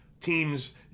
teams